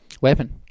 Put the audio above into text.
Weapon